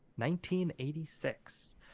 1986